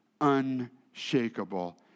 unshakable